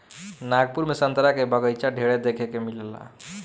नागपुर में संतरा के बगाइचा ढेरे देखे के मिलेला